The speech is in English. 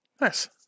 Nice